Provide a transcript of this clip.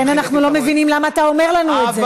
לכן אנחנו לא מבינים למה אתה אומר לנו את זה.